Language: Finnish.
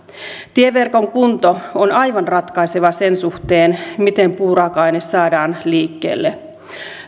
tieverkon kunto on aivan ratkaiseva sen suhteen miten puuraaka aine saadaan liikkeelle